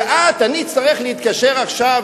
שאני אצטרך להתקשר עכשיו,